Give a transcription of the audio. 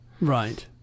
Right